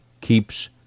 Keeps